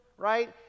Right